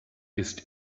ist